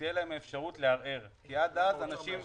שתהיה להם אפשרות לערער כי עד אז אנשים,